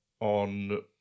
on